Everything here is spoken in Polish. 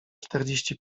czterdzieści